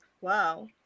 Wow